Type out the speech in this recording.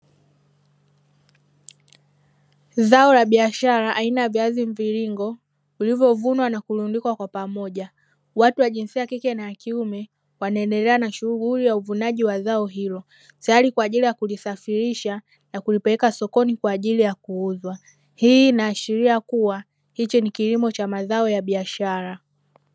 Zao la biashara aina ya viazi mviringo vilivyovunwa na kulundikwa kwa pamoja. Watu wa jinsia ya kike na ya kiume wanaendelea na shughuli ya uvunaji wa zao hilo, tayari kwa ajili ya kulisafirisha na kulipeleka sokoni kwa ajili ya kuuzwa. Hii inaashiria kuwa hichi ni kilimo cha mazao ya biashara.